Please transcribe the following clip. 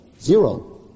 Zero